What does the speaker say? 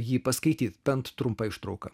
jį paskaityti bent trumpą ištrauką